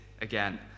again